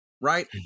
right